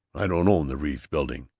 i don't own the reeves building!